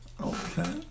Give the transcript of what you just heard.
Okay